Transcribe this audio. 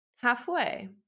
halfway